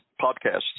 podcasts